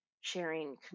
sharing